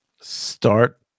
Start